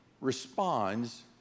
responds